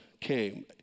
came